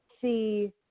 see